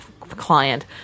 client